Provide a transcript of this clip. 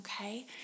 Okay